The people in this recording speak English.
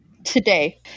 today